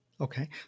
Okay